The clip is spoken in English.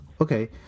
Okay